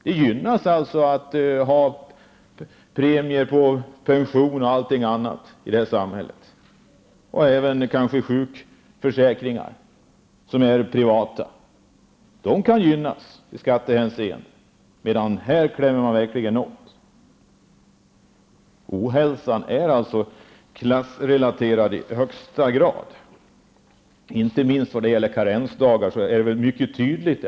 De gynnas nämligen som betalar in pensionspremier t.ex. Även de som har privata sjukförsäkringar kan gynnas i skattehänseende. Men i det nu aktuella sammanhanget klämmer man verkligen åt. Ohälsan är alltså i högsta grad klassrelaterad. Inte minst vad gäller karensdagarna är detta mycket tydligt.